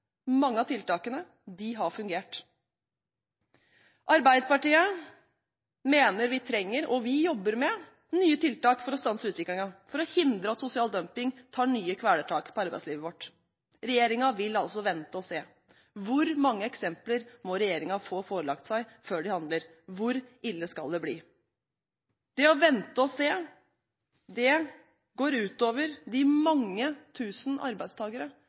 mange av tiltakene. De har fungert. Arbeiderpartiet mener vi trenger, og vi jobber med, nye tiltak for å stanse utviklingen, for å hindre at sosial dumping tar nye kvelertak på arbeidslivet vårt. Regjeringen vil altså vente og se. Hvor mange eksempler må regjeringen få seg forelagt før de handler? Hvor ille skal det bli? Det å vente og se går ut over de mange